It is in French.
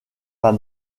pas